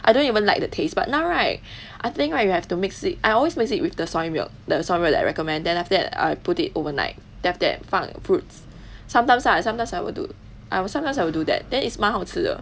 I don't even like the taste but now right I think right you have to mix it I always mix it with the soy milk the soy brand that I recommend then after that I put it overnight then after that 放 fruits sometimes uh sometimes I will do I will sometimes I'll do that then is 蛮好吃的